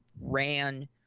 Ran